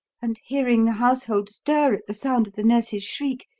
and hearing the household stir at the sound of the nurse's shriek,